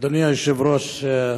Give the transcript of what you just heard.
אדוני היושב-ראש,